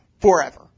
forever